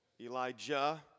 Elijah